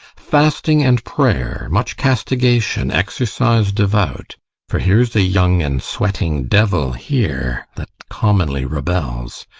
fasting, and prayer, much castigation, exercise devout for here's a young and sweating devil here that commonly rebels.